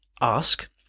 ask